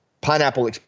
Pineapple